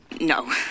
No